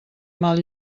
mal